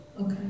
Okay